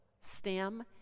stem